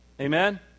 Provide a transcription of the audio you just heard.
Amen